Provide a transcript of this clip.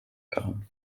getan